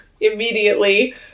immediately